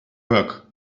work